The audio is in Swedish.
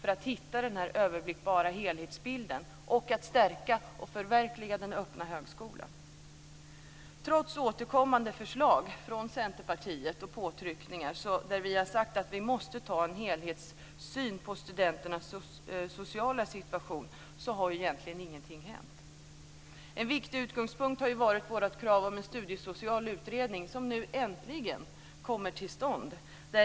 Man ger ingen överblickbar helhetsbild, och man förverkligar inte tanken om den öppna högskolan. Trots återkommande förslag och påtryckningar från Centerpartiet har ingenting egentligen hänt. Vi har sagt att vi måste ha en helhetssyn när det gäller studenternas sociala situation. En viktig utgångspunkt har varit vårt krav om en studiesocial utredning, som nu äntligen kommer till stånd.